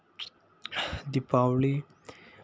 Deepavali